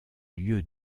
lieu